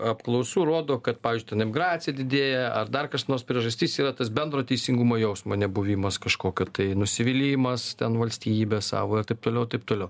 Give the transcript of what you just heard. apklausų rodo kad pavyzdžiui ten emigracija didėja ar dar kas nors priežastis yra tas bendro teisingumo jausmo nebuvimas kažkokio tai nusivylimas valstybe savo ir taip toliau ir taip toliau